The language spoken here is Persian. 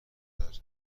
محتملتر